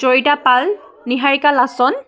Joyita Pal Niharika Lachan